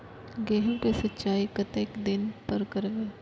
गेहूं का सीचाई कतेक दिन पर करबे?